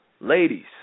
ladies